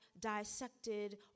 dissected